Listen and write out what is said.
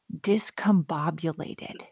discombobulated